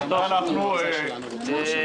אתה תבוא ותיתן לו קנס של מאות אלפי שקלים.